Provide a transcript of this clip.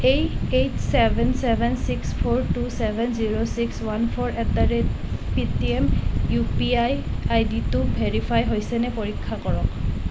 eight eight seven seven six four two seven zero six one four at the rate Paytm U P I আইডিটো verify হৈছেনে পৰীক্ষা কৰক